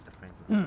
mm